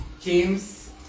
James